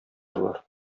болар